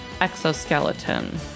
exoskeleton